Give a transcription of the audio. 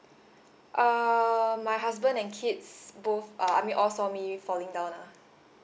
uh my husband and kids both uh l mean all saw me falling down ah